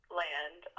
land